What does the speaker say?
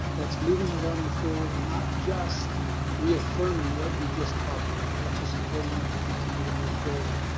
that's moving the learning forward, not just reaffirming what we just taught them, but actually supporting them to continue to move forward.